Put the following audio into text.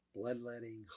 bloodletting